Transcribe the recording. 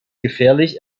gefährlich